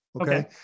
Okay